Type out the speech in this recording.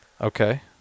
Okay